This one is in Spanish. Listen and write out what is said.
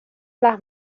las